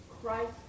Christ